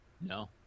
No